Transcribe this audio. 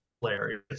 hilarious